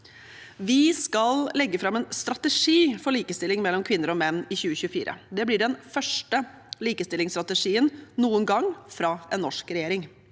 Vi skal legge fram en strategi for likestilling mellom kvinner og menn i 2024. Det blir den første likestillingsstrategien noen gang fra en norsk regjering.